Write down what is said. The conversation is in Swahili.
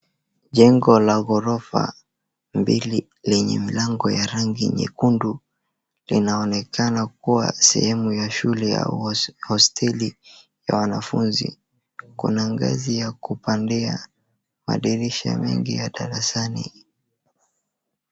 Jengo la gorofa mbili lenye mlango ya rangi nyekundu linaonekana kuwa sehemu ya shule ya hosteli ya wanafunzi. Kuna ngazi ya kupandia, madirisha mengi ya darasani.